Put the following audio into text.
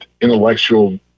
intellectual